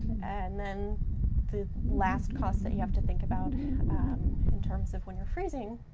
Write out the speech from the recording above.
and then the last cost that you have to think about in terms of when you're freezing